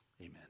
amen